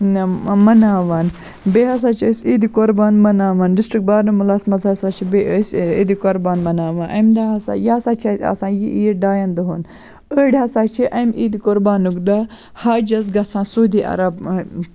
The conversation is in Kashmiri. مناوان بیٚیہِ ہسا چھِ أسۍ عیٖدِ قربان مناوان ڈِسٹِرٛک بارہموٗلَہَس منٛز ہسا چھِ بیٚیہِ أسۍ عیٖدِ قربان مناوان اَمہِ دۄہ ہسا یہِ ہسا چھِ اَسہِ آسان یہِ عیٖد ڈایَن دۄہَن أڑۍ ہسا چھِ اَمۍ عیٖدِ قربانُک دۄہ حجَس گژھان سعوٗدی عرب